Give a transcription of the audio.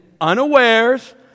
unawares